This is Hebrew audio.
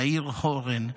יאיר הורן,